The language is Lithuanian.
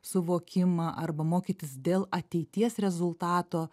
suvokimą arba mokytis dėl ateities rezultato